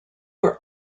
were